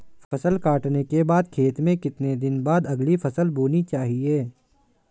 फसल काटने के बाद खेत में कितने दिन बाद अगली फसल बोनी चाहिये?